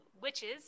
witches